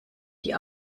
die